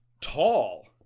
tall